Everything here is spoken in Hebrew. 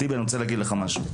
טיבי, אני רוצה להגיד לך משהו.